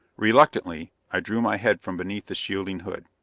reluctantly, i drew my head from beneath the shielding hood.